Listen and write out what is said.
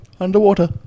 Underwater